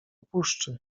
puszczy